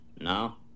no